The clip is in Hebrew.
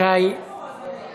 שי, שי.